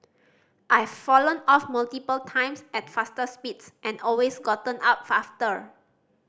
I've fallen off multiple times at faster speeds and always gotten up after